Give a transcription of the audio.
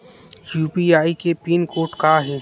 UPI के pin code का हे?